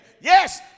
Yes